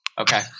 Okay